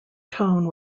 tone